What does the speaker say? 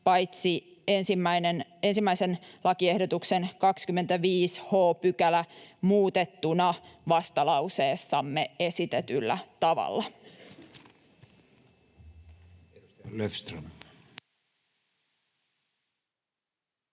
paitsi ensimmäisen lakiehdotuksen 25 h § muutettuna vastalauseessamme esitetyllä tavalla.